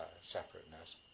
separateness